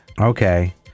Okay